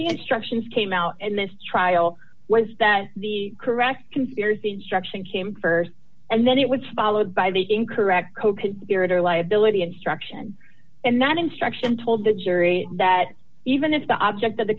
the instructions came out in this trial was that the correct conspiracy instruction came st and then it was followed by the incorrect coconspirator liability instruction and that instruction told the jury that even if the object of the